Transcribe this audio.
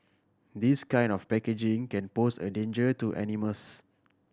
this kind of packaging can pose a danger to animals